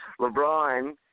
LeBron